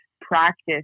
practice